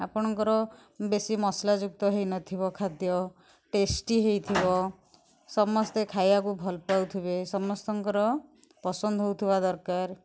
ଆପଣଙ୍କର ବେଶୀ ମସଲାଯୁକ୍ତ ହୋଇନଥିବ ଖାଦ୍ୟ ଟେଷ୍ଟି ହୋଇଥିବ ସମସ୍ତେ ଖାଇବାକୁ ଭଲ ପାଉଥିବେ ସମସ୍ତଙ୍କର ପସନ୍ଦ ହେଉଥିବା ଦରକାର